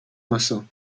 maso